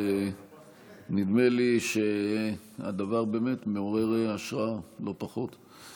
נדמה לי שהדבר באמת מעורר השראה, לא פחות.